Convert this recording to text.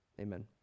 Amen